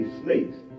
snakes